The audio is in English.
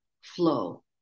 flow